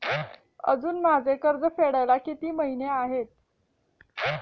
अजुन माझे कर्ज फेडायला किती महिने आहेत?